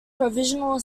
provincial